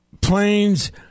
planes